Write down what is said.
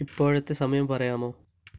ഇപ്പോഴത്തെ സമയം പറയാമോ